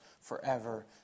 forever